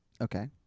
okay